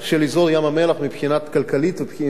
ים-המלח מבחינה כלכלית ומבחינה תיירותית.